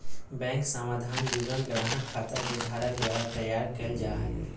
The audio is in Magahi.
बैंक समाधान विवरण ग्राहक खाता के धारक द्वारा तैयार कइल जा हइ